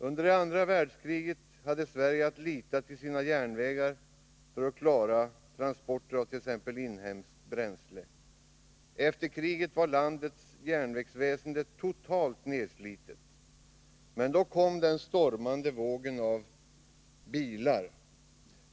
Under det andra världskriget hade Sverige att lita till sina järnvägar för att klara transporter av t.ex. inhemskt bränsle. Efter kriget var landets järnvägsväsende totalt nedslitet. Men då kom den stormande vågen av bilar.